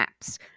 apps